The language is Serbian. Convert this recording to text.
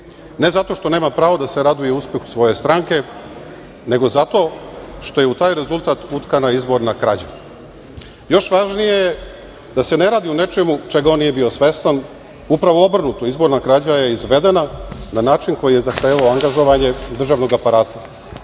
ne zato što nema pravo da se raduje uspehu svoje stranke, nego zato što je u taj rezultat utkana izborna krađa. Još važnije je da se ne radi o nečemu čega on nije bio svestan, već upravo obrnuto – izborna krađa je izvedena na način koji je zahtevao angažovanje državnog aparata,